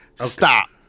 stop